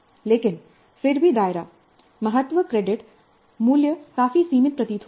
लेकिन फिर भी दायरा महत्व क्रेडिट मूल्य काफी सीमित प्रतीत होता है